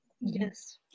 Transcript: Yes